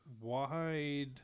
wide